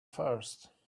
first